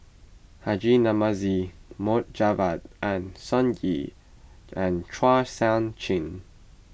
Haji Namazie Mohd Javad and Sun Yee and Chua Sian Chin